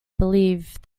believe